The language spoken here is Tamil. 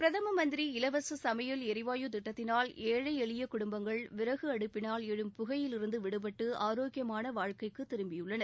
பிரதம மந்திரி இலவச சமையல் எரிவாயு திட்டத்தினால் ஏழை எளிய குடும்பங்கள் விறகு அடுப்பினால் எழும் புகையிலிருந்து விடுபட்டு ஆரோக்கியமான வாழ்க்கைக்கு திரும்பியுள்ளனர்